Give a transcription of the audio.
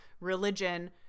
religion